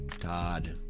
Todd